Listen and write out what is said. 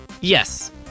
Yes